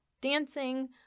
dancing